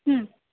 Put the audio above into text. ହୁଁ